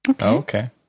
Okay